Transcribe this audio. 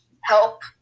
help